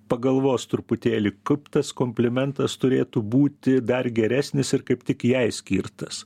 pagalvos truputėlį kaip tas komplimentas turėtų būti dar geresnis ir kaip tik jai skirtas